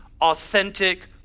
authentic